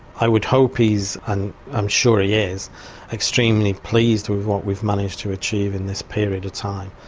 i would hope he's and i'm sure he is extremely pleased with what we've managed to achieve in this period of time.